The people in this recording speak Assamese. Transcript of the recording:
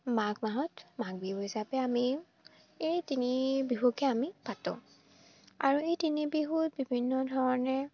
মাঘ মাহত মাঘ বিহু হিচাপে আমি এই তিনি বিহুকে আমি পাতোঁ আৰু এই তিনি বিহুত বিভিন্ন ধৰণে